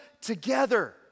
together